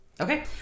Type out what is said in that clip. Okay